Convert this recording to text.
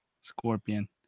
Scorpion